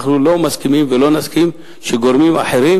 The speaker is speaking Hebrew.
אנחנו לא מסכימים ולא נסכים שגורמים אחרים